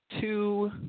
two